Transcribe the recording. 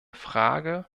frage